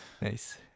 Nice